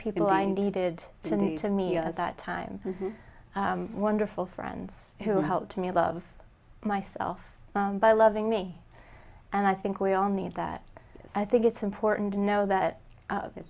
people i needed to need to me at that time wonderful friends who helped me love myself by loving me and i think we all need that i think it's important to know that